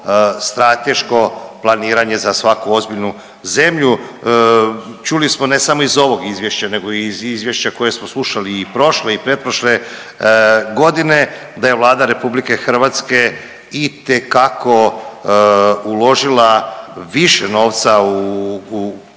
strateško planiranje za svaku ozbiljnu zemlju. Čuli smo ne samo iz ovog izvješća nego iz izvješća koje smo slušali i prošle i pretprošle godine da je Vlada RH itekako uložila više novca i